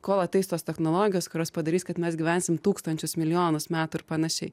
kol ateis tos technologijos kurios padarys kad mes gyvensim tūkstančius milijonus metų ir panašiai